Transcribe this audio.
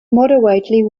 moderately